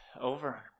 Over